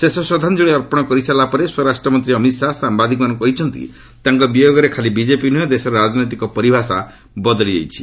ଶେଷ ଶ୍ରଦ୍ଧାଞ୍ଜଳୀ ଅର୍ପଣ କରିସାରିଲା ପରେ ସ୍ୱରାଷ୍ଟ୍ର ମନ୍ତ୍ରୀ ଅମିତ ଶାହା ସାମ୍ଭାଦିକମାନଙ୍କୁ କହିଛନ୍ତି ତାଙ୍କ ବିୟୋଗରେ ଖାଲି ବିଜେପି ନ୍ରହେଁ ଦେଶର ରାଜନୈତିକ ପରିଭାଷା ବଦଳି ଯାଇଛି